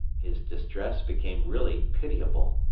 his distress became really pitiable.